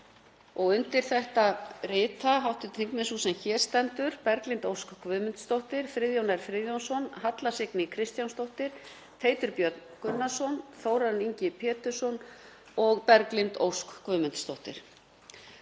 hv. þingmenn, auk þeirrar sem hér stendur, Berglind Ósk Guðmundsdóttir, Friðjón R. Friðjónsson, Halla Signý Kristjánsdóttir, Teitur Björn Gunnarsson, Þórarinn Ingi Pétursson og Berglind Ósk Guðmundsdóttir.